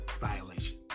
violation